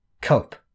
Cope